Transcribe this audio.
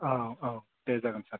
औ औ दे जागोन सार दे